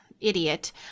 idiot